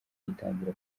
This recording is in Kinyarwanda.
itangira